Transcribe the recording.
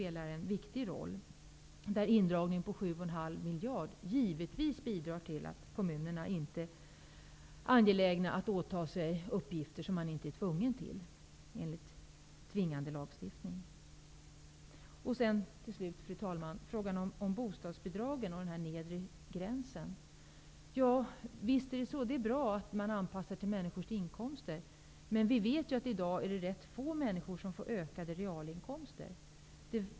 Indragningen av 7,5 miljarder kronor i statsbidrag till kommunerna bidrar givetvis till att kommunerna inte är angelägna om att åta sig uppgifter som de inte är tvungna till enligt lag. Fru talman! Slutligen har vi frågan om den nedre gränsen av hyrorna för att få bostadsbidrag. Visst är det bra att anpassa bidragen till människors inkomster. Men vi vet att det i dag är få människor som får ökade realinkomster.